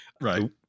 Right